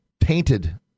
tainted